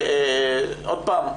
עוד פעם,